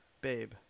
babe